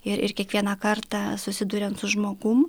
ir ir kiekvieną kartą susiduriant su žmogum